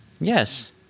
Yes